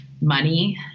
money